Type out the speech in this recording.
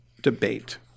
debate